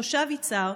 תושב יצהר,